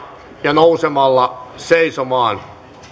ja nousemalla seisomaan